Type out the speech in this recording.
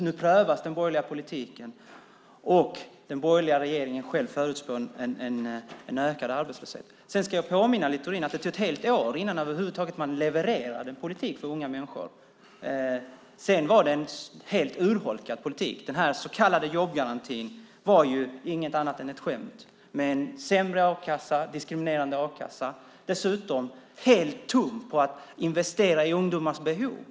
Nu prövas den borgerliga politiken och den borgerliga regeringen förutspår en ökad arbetslöshet. Jag ska påminna Littorin om att det tog ett helt år innan man över huvud taget levererade en politik för unga människor. Det var en helt urholkad politik. Den så kallade jobbgarantin var inget annat än ett skämt med sämre och diskriminerande a-kassa. Dessutom var den helt tom vad gällde att investera i ungdomars behov.